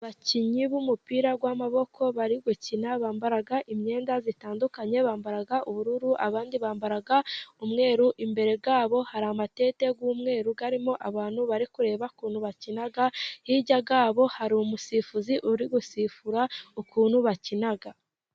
Abakinnyi b'umupira w'amaboko bari gukina, bambara imyenda itandukanye, bambara ubururu, abandi bambara umweru, imbere yabo hari amatante y'umweru arimo abantu bari kureba ukuntu bakina, hirya yabo hari umusifuzi uri gusifura ukuntu bakina.